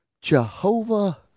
Jehovah